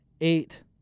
eight